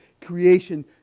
creation